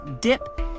dip